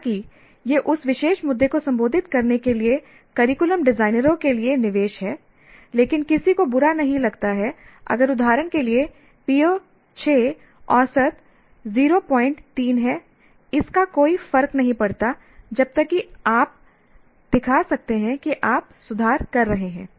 हालांकि यह उस विशेष मुद्दे को संबोधित करने के लिए करिकुलम डिजाइनरों के लिए निवेश है लेकिन किसी को बुरा नहीं लगता है अगर उदाहरण के लिए PO 6 औसत 03 है इसका कोई फर्क नहीं पड़ता जब तक कि आप दिखा सकते हैं कि आप सुधार कर रहे हैं